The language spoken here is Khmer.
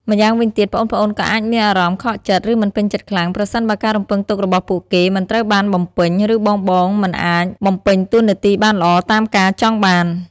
ម្យ៉ាងវិញទៀត ប្អូនៗក៏អាចមានអារម្មណ៍ ខកចិត្ត ឬមិនពេញចិត្តខ្លាំង ប្រសិនបើការរំពឹងទុករបស់ពួកគេមិនត្រូវបានបំពេញ ឬបងៗមិនអាចបំពេញតួនាទីបានល្អតាមការចង់បាន។